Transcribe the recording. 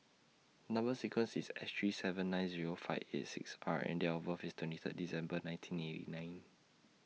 Number sequence IS S three seven nine Zero five eight six R and Date of birth IS twenty Third December nineteen eighty nine